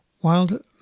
Wild